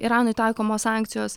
iranui taikomos sankcijos